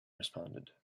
responded